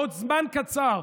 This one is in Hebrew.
בעוד זמן קצר.